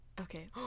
Okay